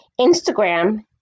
Instagram